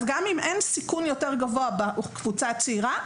גם אם אין סיכון יותר גבוה בקבוצה הצעירה,